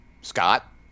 Scott